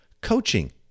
coaching